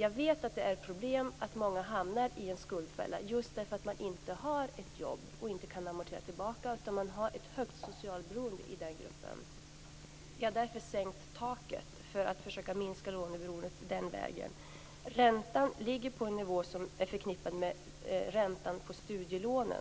Jag vet att det finns problem och att många hamnar i en skuldfälla just för att de inte har ett jobb och inte kan amortera på lånet. Det finns ett högt socialberoende i den gruppen. Därför har taket sänkts för att man den vägen skall försöka minska låneberoendet. Räntan ligger på en nivå som är förknippad med räntan på studielån